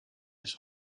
his